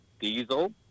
Diesel